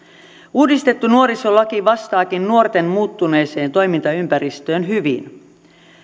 uudistettu nuorisolaki vastaakin nuorten muuttuneeseen toimintaympäristöön hyvin